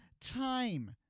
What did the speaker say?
time